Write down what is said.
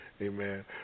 Amen